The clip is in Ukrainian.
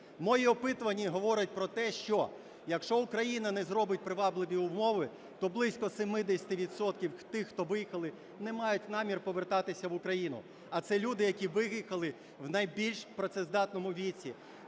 Моє опитування говорить про те, що якщо Україна не зробить привабливі умови, то близько 70 відсотків тих, хто виїхали, не мають намір повертатися в Україну, а це люди, які виїхали в найбільш працездатному віці,